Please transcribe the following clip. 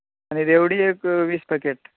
आनी रेवडी एक वीस पेकीट